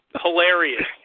hilarious